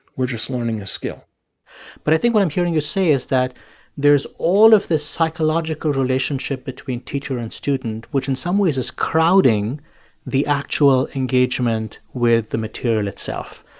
we're just learning a skill but i think what i'm hearing you say is that there's all of this psychological relationship between teacher and student, which in some ways is crowding the actual engagement with the material itself.